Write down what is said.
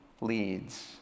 leads